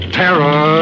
terror